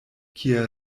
kie